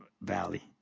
Valley